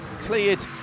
Cleared